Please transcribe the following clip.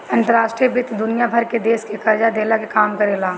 अंतर्राष्ट्रीय वित्त दुनिया भर के देस के कर्जा देहला के काम करेला